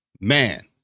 Man